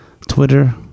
Twitter